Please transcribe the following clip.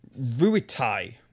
Ruitai